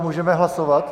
Můžeme hlasovat?